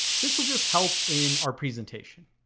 this will just help in our presentation.